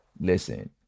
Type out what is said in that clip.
listen